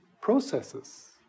processes